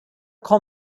call